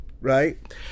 right